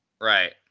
Right